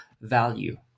value